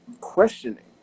questioning